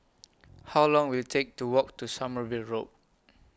How Long Will IT Take to Walk to Sommerville Road